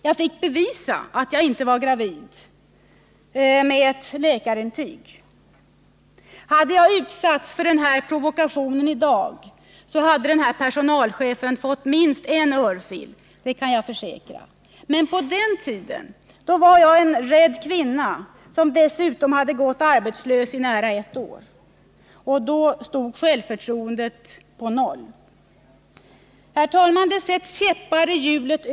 Jag fick med ett läkarintyg bevisa att jag inte var gravid. Hade jag utsatts för denna provokation i dag, hade personalchefen fått minst en örfil. Det kan jag försäkra. Men på den tiden var jag en rädd kvinna, som dessutom hade gått arbetslös i nära ett år. Och då stod självförtroendet på noll. Herr talman!